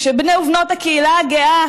כשבני ובנות הקהילה הגאה